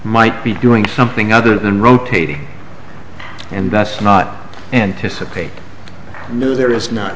might be doing something other than rotating and that's not anticipate new there is not